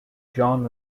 john